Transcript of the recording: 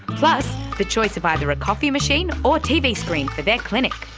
plus the choice of either a coffee machine or tv screen for their clinic!